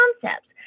concepts